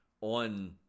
on